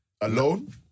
Alone